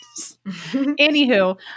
Anywho